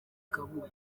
kabuga